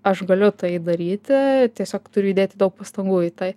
aš galiu tai daryti tiesiog turiu įdėti daug pastangų į tai